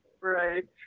Right